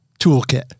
toolkit